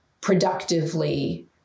productively